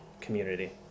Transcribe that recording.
community